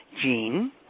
Jean